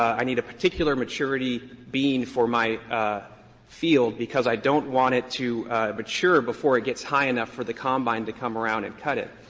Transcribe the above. i need a particular maturity bean for my field because i don't want it to mature before it gets high enough for the combine to come around and cut it.